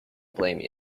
blame